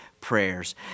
prayers